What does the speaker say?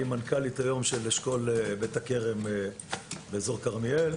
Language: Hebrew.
היא מנכ"לית של אשכול בית הכרם באזור כרמיאל.